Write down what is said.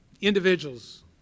individuals